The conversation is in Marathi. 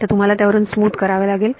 तर तुम्हाला त्यावरून स्मूथ करावे लागेल